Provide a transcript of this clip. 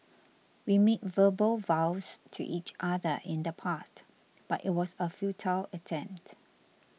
we made verbal vows to each other in the past but it was a futile attempt